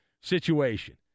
situation